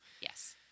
Yes